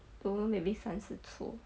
don't know maybe 三十出